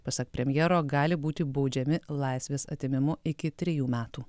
pasak premjero gali būti baudžiami laisvės atėmimu iki trejų metų